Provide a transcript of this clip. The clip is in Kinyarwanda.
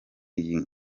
iyi